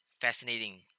fascinating